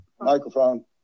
Microphone